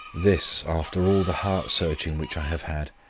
this, after all the heart searching which i have had,